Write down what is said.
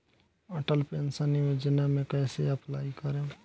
Atal pension योजना मे कैसे अप्लाई करेम?